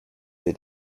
they